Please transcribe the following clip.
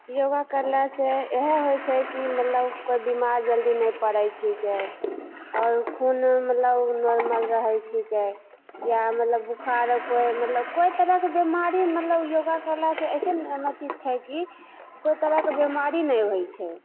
योगा करलासे इएह होइ छै कि मतलब कोइ बेमार जल्दी नहि पड़ै छिकै आओर खून मतलब नॉरमल रहै छिकै या मतलब बोखारके मतलब कोइ तरहके बेमारी मतलब योगा करलासे अइसन अथी छै कि कोइ तरहके बेमारी नहि होइ छै